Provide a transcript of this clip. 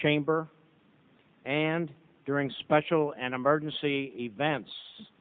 chamber and during special and emergency events